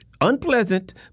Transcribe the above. unpleasant